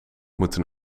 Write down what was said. moeten